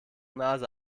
nase